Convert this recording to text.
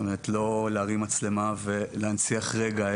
זאת אומרת לא להרים מצלמה ולהנציח רגע,